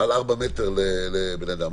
על 4 מטר לבן אדם.